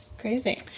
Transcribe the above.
crazy